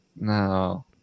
no